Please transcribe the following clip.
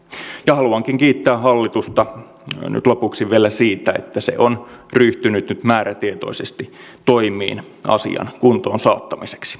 haluankin kiittää hallitusta nyt lopuksi vielä siitä että se on ryhtynyt määrätietoisesti toimiin asian kuntoonsaattamiseksi